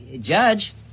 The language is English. Judge